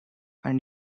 and